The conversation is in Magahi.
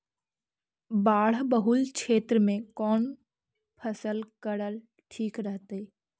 बाढ़ बहुल क्षेत्र में कौन फसल करल ठीक रहतइ?